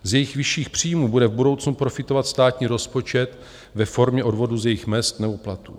Z jejich vyšších příjmů bude v budoucnu profitovat státní rozpočet ve formě odvodu z jejich mezd nebo platů.